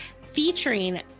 featuring